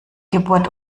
geburt